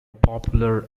popular